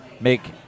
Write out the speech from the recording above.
make